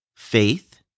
Faith